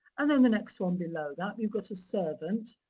and then the next one below that. you've got a servant,